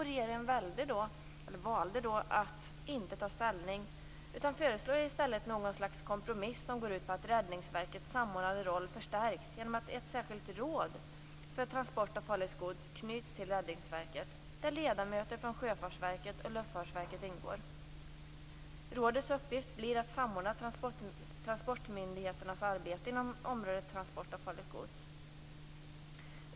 Regeringen valde därför att inte ta ställning utan föreslog i stället något slags kompromiss, som går ut på att Räddningsverkets samordnade roll förstärks genom att ett särskilt råd för transport av farligt gods knyts till Räddningsverket. I detta skall ledamöter från Sjöfartsverket och Luftfartsverket ingå. Rådets uppgift blir att samordna transportmyndigheternas arbete inom området transport av farligt gods.